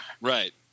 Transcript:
Right